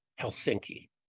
Helsinki